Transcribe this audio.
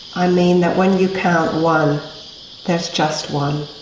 i mean that when you count one there's just one,